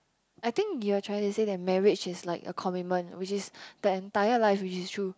I think you're trying to say that marriage is like a commitment which is the entire life which is true